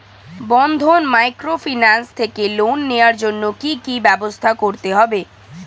বন্ধন microfinance থেকে loan নেওয়ার জন্য কি কি ব্যবস্থা করতে হবে?